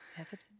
Evidence